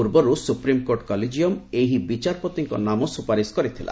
ପୂର୍ବରୁ supreme court collegium ଏହି ବିଚାରପତିଙ୍କ ନାମ ସୁପାରିଶ କରିଥିଲା